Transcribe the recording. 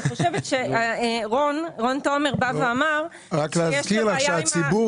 רון תומר אמר שיש לו בעיה עם --- הציבור